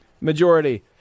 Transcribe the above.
majority